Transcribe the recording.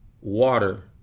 water